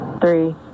Three